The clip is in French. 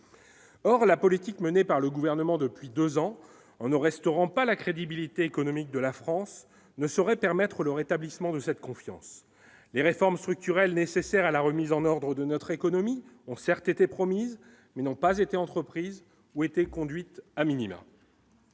or la politique menée par le gouvernement depuis 2 ans on ne resteront pas la crédibilité économique de la France ne saurait permettre le rétablissement de cette confiance, les réformes structurelles nécessaires à la remise en ordre de notre économie, ont certes été promise mais n'ont pas été entreprise où étaient conduites à minima.